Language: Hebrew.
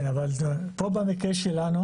כן, אבל פה במקרה שלנו